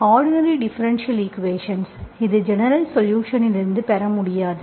ordinary differential equations இது general சொலுஷன்லிருந்து பெற முடியாது